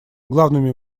главными